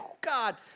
God